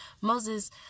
Moses